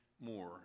more